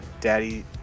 daddy